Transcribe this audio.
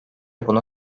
bunu